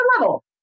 level